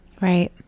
Right